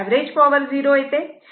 इथे average power 0 येते